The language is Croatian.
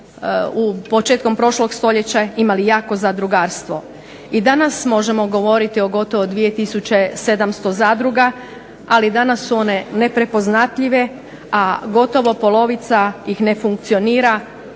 početkom prošlog stoljeća imali jako zadrugarstvo. I danas možemo govoriti o gotovo 2 700 zadruga, ali danas su one neprepoznatljive, a gotovo polovica ih ne funkcionira,